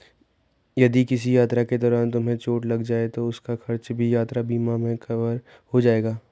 यदि किसी यात्रा के दौरान तुम्हें चोट लग जाए तो उसका खर्च भी यात्रा बीमा में कवर हो जाएगा